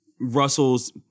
Russell's